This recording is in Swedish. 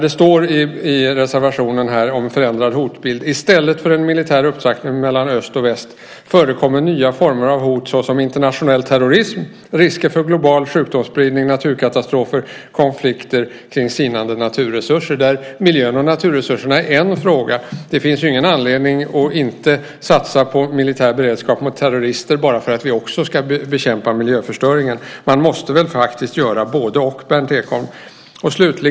Det står i reservationen om förändrad hotbild: I stället för en militär upptrappning mellan öst och väst förekommer nya former av hot såsom internationell terrorism, risker för global sjukdomsspridning, naturkatastrofer och konflikter kring sinande naturresurser. Miljön och naturresurserna är en fråga. Det finns ju ingen anledning att inte satsa på militär beredskap mot terrorister bara för att vi också ska bekämpa miljöförstöringen. Man måste väl faktiskt göra både-och?